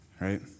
right